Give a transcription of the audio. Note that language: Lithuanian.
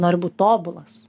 nori būt tobulas